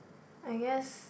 I guess